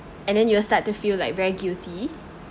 and then you will start to feel like very guilty